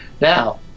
Now